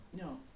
No